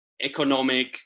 economic